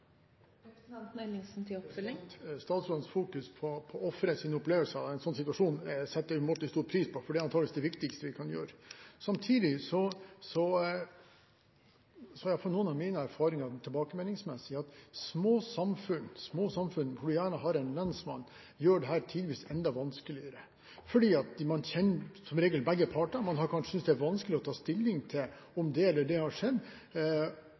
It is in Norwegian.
Statsrådens fokus på offerets opplevelse av en slik situasjon setter jeg umåtelig stor pris på, for det er antakeligvis det viktigste vi kan gjøre. Samtidig er min erfaring, ut fra de tilbakemeldingene jeg får, at dette i små samfunn, som ofte har en lensmann, tidvis blir enda vanskeligere, fordi man som regel kjenner begge partene. Man synes kanskje det er vanskelig å ta stilling til om det eller det har skjedd,